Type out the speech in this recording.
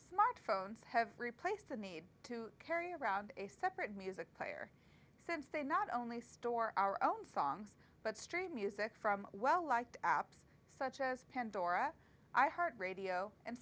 smartphones have replaced the need to carry around a separate music player since they not only store our own songs but stream music from well liked apps such as pandora i heart radio and